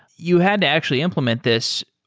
you had to actually implement this.